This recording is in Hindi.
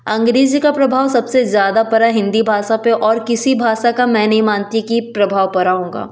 अंग्रेज़ी का प्रभाव सबसे ज़्यादा पड़ा हिंदी भाषा पे और किसी भाषा का मैं नहीं मानती कि प्रभाव परा होगा